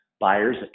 buyers